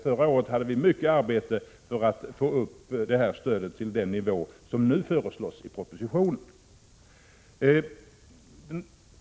Förra året hade vi mycket arbete med att få upp stödet till den nivå som nu föreslås i propositionen.